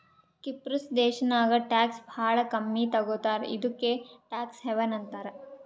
ಕಿಪ್ರುಸ್ ದೇಶಾನಾಗ್ ಟ್ಯಾಕ್ಸ್ ಭಾಳ ಕಮ್ಮಿ ತಗೋತಾರ ಇದುಕೇ ಟ್ಯಾಕ್ಸ್ ಹೆವನ್ ಅಂತಾರ